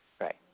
Right